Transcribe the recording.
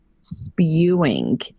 spewing